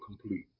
complete